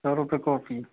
सौ रुपए कॉपी